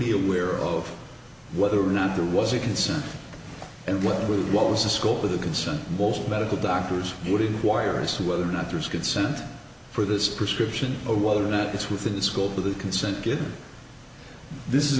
be aware of whether or not there was a consent and what was the school with the consent most medical doctors would inquire as to whether or not there is consent for this prescription or whether or not it's within the scope of the consent good this is